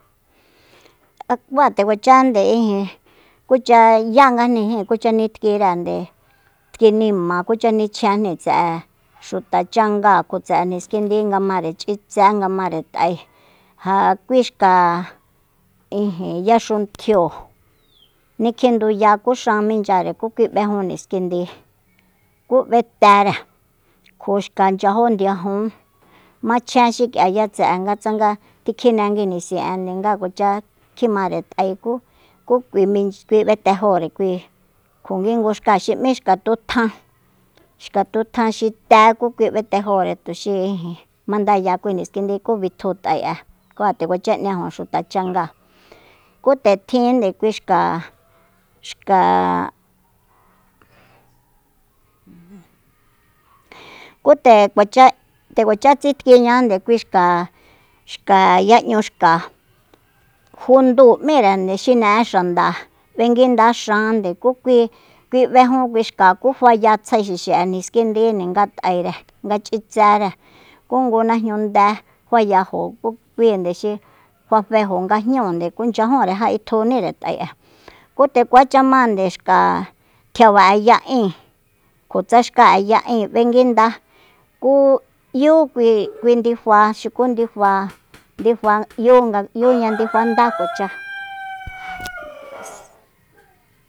Ku ja nde kuacha nde ijin kucha yangajnijin kucha nik'ire tki nima kucha nichjenjni tse'e xuta changa kjo tse'e niskindi nga mare ch'itsé nga mare t'ae ja kui xka yaxuntjio nikjinduya ku xan minchyare ku kui b'ejun niskindi ku b'etere kjo xka nchajun ndiajun machjen xik'iaya nga tse'eya nga kjine nguinisin'ende nga kuacha kjimare t'ae ku- ku kui b'etejóre kui kjo ki ngu xka xi m'í xka tutjan xa tutjan xi té ku kui b'etejore tuxi ijin mandaya kui niskindí ku bitju t'ae'e ku nde kuacha 'ñajo xuta chang'aa ku nde tjin kui xka- xka ku nde kuacha nde kuacha tsitkiñande kui xka xka ya'ñuxka jundúu m'írende xine'e xanda b'enguinda xande ku kui- kui b'ejiun kui xa ku faya tjsaexixi'e niskindi nga t'aere nga ch'itsere ku ngu najñunde fayajo ku kuinde xi fafejo nga jñúunde ku nchyajunde ja itjunire t'ae'e ku nde kuacha mande tjiaba'e ya'in kjotsa tjiaba'e ya'in b'enguinda ku 'yú kui- kui ndifa xuku ndifa- ndifa 'yú nga 'yúña ndifa ndá kuacha